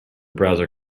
browser